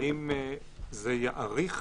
האם זה יאריך